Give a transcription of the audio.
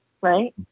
right